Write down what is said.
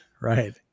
Right